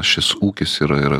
šis ūkis ir ir